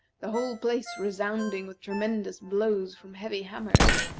the whole place resounding with tremendous blows from heavy hammers,